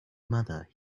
mother